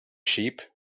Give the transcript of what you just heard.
sheep